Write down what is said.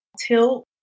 tilt